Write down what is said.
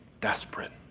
desperate